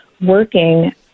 working